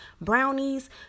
brownies